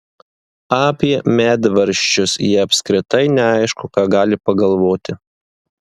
apie medvaržčius ji apskritai neaišku ką gali pagalvoti